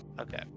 Okay